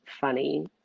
funny